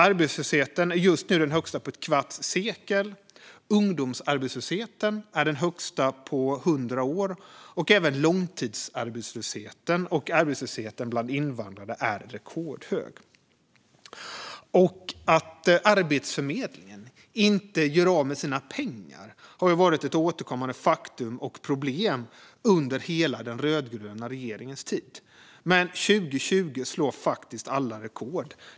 Arbetslösheten är just nu den högsta på ett kvarts sekel, ungdomsarbetslösheten är den högsta på 100 år och även långtidsarbetslösheten och arbetslösheten bland invandrade är rekordhög. Att Arbetsförmedlingen inte gör av med sina pengar har varit ett återkommande faktum och problem under hela den rödgröna regeringens tid. Men 2020 slår faktiskt alla rekord.